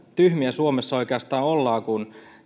tyhmiä suomessa oikeastaan ollaan kun